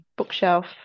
bookshelf